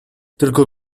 tylko